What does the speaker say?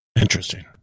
interesting